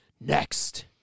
next